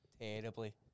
terribly